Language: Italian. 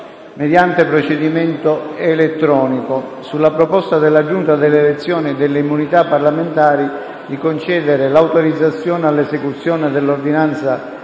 mediante procedimento elettronico, sulla proposta della Giunta delle elezioni e delle immunità parlamentari di concedere l'autorizzazione all'esecuzione dell'ordinanza